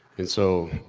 and so,